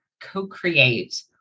co-create